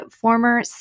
former